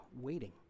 waiting